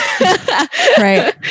Right